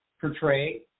portray